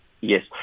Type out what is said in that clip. Yes